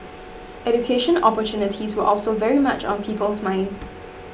education opportunities were also very much on people's minds